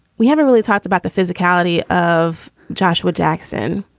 we haven't really talked about the physicality of joshua jackson.